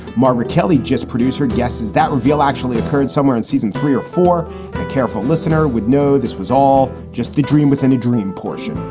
margaret kelly, just producer guesses that reveal actually occurred somewhere in season three or four. a careful listener would know this was all just the dream within a dream portion,